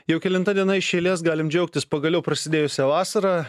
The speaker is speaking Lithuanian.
jau kelinta diena iš eilės galim džiaugtis pagaliau prasidėjusia vasara